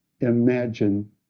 imagine